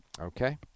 Okay